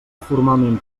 formalment